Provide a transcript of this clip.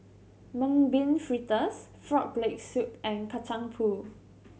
Mung Bean Fritters Frog Leg Soup and Kacang Pool